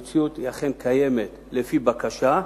המציאות אכן קיימת, לפי בקשה,